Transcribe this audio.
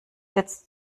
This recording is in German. jetzt